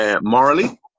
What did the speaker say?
morally